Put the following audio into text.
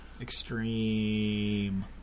Extreme